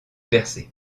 percé